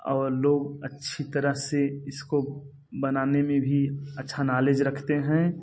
और लोग अच्छी तरह से इसको बनाने में भी अच्छा नालेज रखते हैं